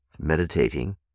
meditating